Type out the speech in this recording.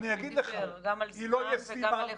אני אגיד לך, היא לא ישימה.